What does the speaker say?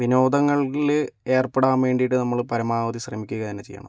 വിനോദങ്ങളില് ഏർപ്പെടാൻ വേണ്ടിയിട്ട് നമ്മള് പരമാവധി ശ്രമിക്കുക തന്നെ ചെയ്യണം